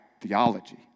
theology